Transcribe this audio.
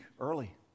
early